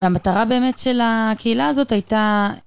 המטרה באמת של הקהילה הזאת הייתה...